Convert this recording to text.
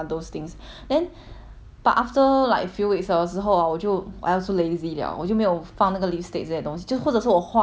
but after like a few weeks liao 之后 orh 我就 I also lazy liao 我就没有放那个 lipstick 这些东西就或者是我画 liao but 我就没有补 liao 你知道吗